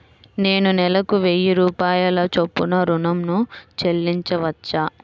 నేను నెలకు వెయ్యి రూపాయల చొప్పున ఋణం ను చెల్లించవచ్చా?